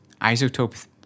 isotope